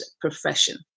profession